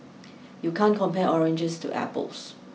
you can't compare oranges to apples